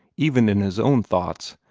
even in his own thoughts,